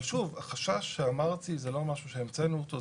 אבל שוב, החשש שאמרתי זה לא משהו שהמצאנו אותו.